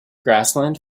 grassland